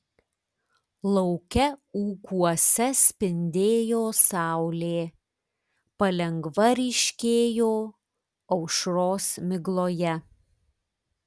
lauke ūkuose spindėjo saulė palengva ryškėjo aušros migloje